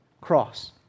cross